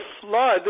flood